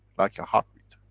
like a heart